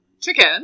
Chicken